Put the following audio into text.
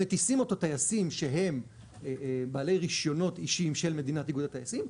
שמטיסים אותו טייסים שהם בעלי רישיונות אישיים של מדינת איגוד הטייסים,